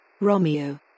Romeo